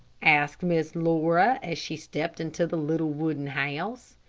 asked miss laura, as she stepped into the little wooden house.